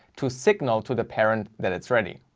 to signal to the parent, that it's ready.